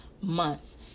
months